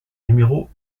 numéro